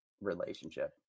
relationship